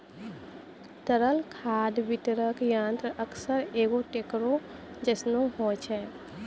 तरल खाद वितरक यंत्र अक्सर एगो टेंकरो जैसनो होय छै